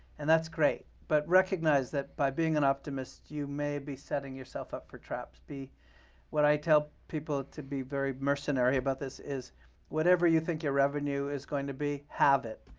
and that's great, but recognize that, by being an optimist, you may be setting yourself up for traps. what i tell people to be very mercenary about this is whatever you think your revenue is going to be, halve it.